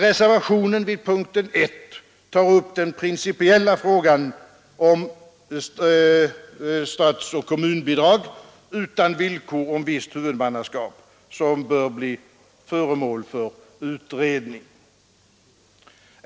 Reservationen vid punkten 1 tar upp den principiella frågan om statsoch kommunbidrag utan villkor om visst huvudmannaskap som bör bli föremål för utredning.